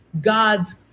God's